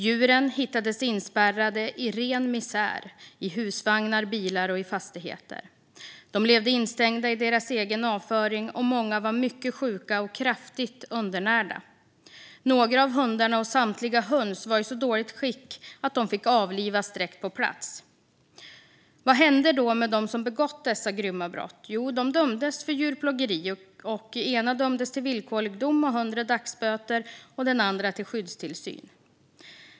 Djuren hittades inspärrade i ren misär i husvagnar, bilar och fastigheter. De levde instängda i sin egen avföring, och många var mycket sjuka och kraftigt undernärda. Några av hundarna och samtliga höns var i så dåligt skick att de fick avlivas direkt på plats. Vad hände då med dem som begått dessa grymma brott? De dömdes för djurplågeri - den ena dömdes till villkorlig dom och 100 dagsböter, och den andra dömdes till skyddstillsyn.